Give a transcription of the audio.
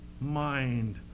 mind